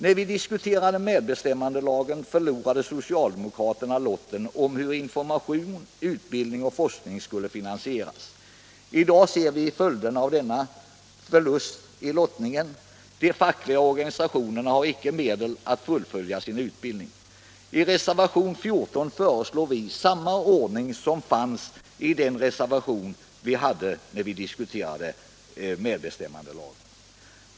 När vi diskuterade medbestämmandelagen förlorade socialdemokraterna lottningen beträffande finansieringen av informationen, utbildningen och forskningen. I dag ser vi följderna av denna förlust. De fackliga organisationerna har icke medel att fullfölja sin utbildning. I reservationen 14 föreslår vi samma ordning som den som föreslogs i vår tidigare reservation beträffande medbestämmandelagen.